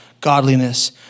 godliness